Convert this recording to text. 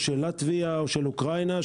לטביה או של אוקראינה,